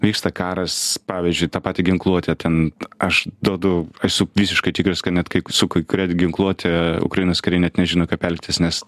vyksta karas pavyzdžiui ta pati ginkluotė ten aš duodu esu visiškai tikras kad net kai su kai kuria ginkluote ukrainos kariai net nežino kaip elgtis nes